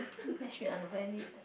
matchmake on a blind date